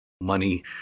Money